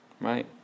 right